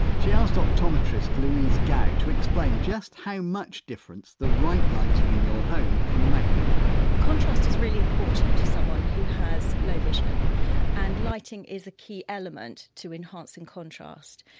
she asked optometrist louise gaw to explain just how much difference the right lighting in your home can make contrast is really important to someone who has low vision and lighting is a key element to enhancing contrast.